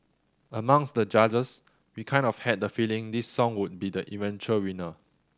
amongst the judges we kind of had the feeling this song would be the eventual winner